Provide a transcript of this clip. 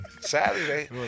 Saturday